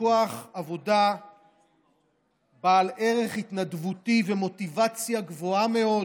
ככוח עבודה בעל ערך התנדבותי ומוטיבציה גבוהה מאוד,